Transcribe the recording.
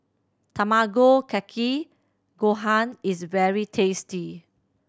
Tamago Kake Gohan is very tasty